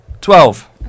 Twelve